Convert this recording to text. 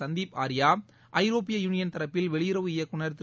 சந்தீப் ஆர்யா ஐரோப்பிய யூனியன் தரப்பில் வெளியுறவு இயக்குநர் திரு